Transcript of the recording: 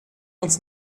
uns